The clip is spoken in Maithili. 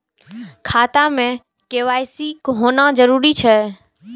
खाता में के.वाई.सी होना जरूरी छै?